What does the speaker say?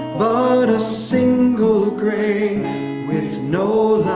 but a single grain with no